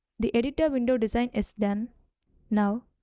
the editor window design is done now,